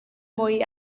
mwy